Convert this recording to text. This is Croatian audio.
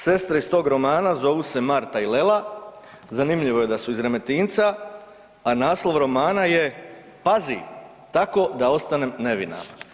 Sestre iz tog romana zovu se Marta i Lela, zanimljivo je da su iz Remetinca, a naslov romana je Pazi, tako da ostanem nevina.